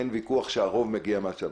אין ויכוח שהרוב מגיע מהשב"כ.